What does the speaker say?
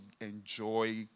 enjoy